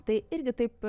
tai irgi taip